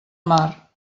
mar